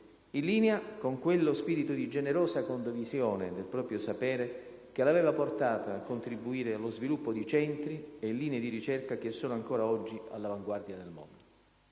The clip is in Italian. in linea con quello spirito di generosa condivisione del proprio sapere che l'aveva portata a contribuire allo sviluppo di centri e linee di ricerca che sono ancora oggi all'avanguardia nel mondo.